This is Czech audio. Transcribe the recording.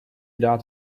dát